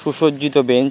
সুসজ্জিত বেঞ্চ